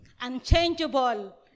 unchangeable